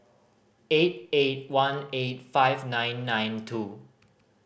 eight eight one eight five nine nine two